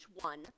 one